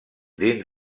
dins